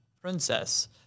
princess